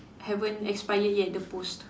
haven't expire yet the post